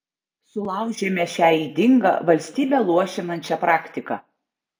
sulaužėme šią ydingą valstybę luošinančią praktiką